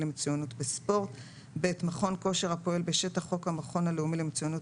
למצוינות בספורט (ב)מכון כושר הפועל בשטח חוק המכון הלאומי למצוינות